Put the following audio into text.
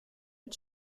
mit